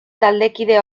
taldekide